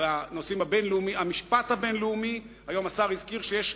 בנושא המשפט הבין-לאומי, היום השר הזכיר שיש